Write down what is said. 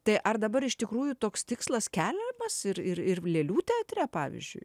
tai ar dabar iš tikrųjų toks tikslas keliamas ir ir ir lėlių teatre pavyzdžiui